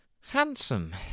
Handsome